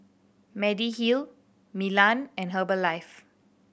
Mediheal Milan and Herbalife